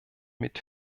mit